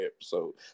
episode